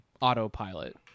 autopilot